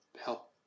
help